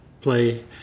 play